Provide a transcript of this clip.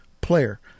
player